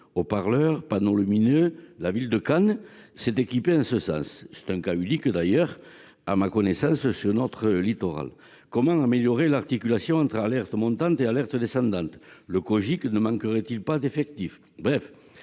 Haut-parleurs, panneaux lumineux ? La ville de Cannes s'est équipée en ce sens. C'est d'ailleurs, à ma connaissance, un cas unique sur notre littoral. Comment améliorer l'articulation entre alerte « montante » et alerte « descendante »? Le Cogic ne manquerait-il pas d'effectifs ?